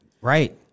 Right